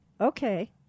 okay